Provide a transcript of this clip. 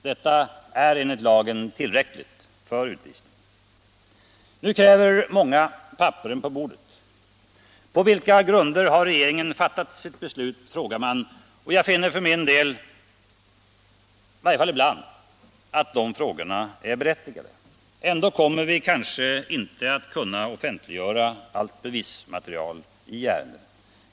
Detta är enligt lagen tillräckligt för utvisning. Nu kräver många papperen på bordet. På vilka grunder har regeringen fattat sitt beslut, frågar man, och jag finner för min del, i varje fall ibland, att sådana frågor är berättigade. Ändå kommer vi kanske inte att kunna offentliggöra allt bevismaterial i ärendena.